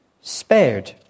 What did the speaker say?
spared